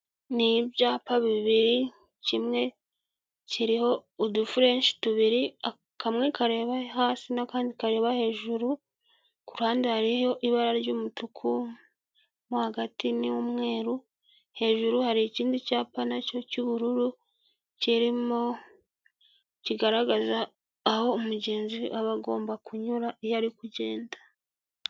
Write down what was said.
Ni ibyapa bibiri kimwe kiriho udufurenshi tubiri kamwe kareba hasi n'akandi kareba hejuru, ku ruhande hariho ibara ry'umutuku, mo hagati ni umweru, hejuru hari ikindi cyapa nacyo cy'ubururu kirimo kigaragaza aho umugenzi aba agomba kunyura iyo ari kugenda.